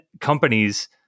companies